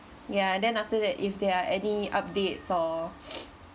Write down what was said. ya and then after that if there are any updates or